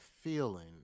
feeling